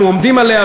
אנחנו עומדים עליה,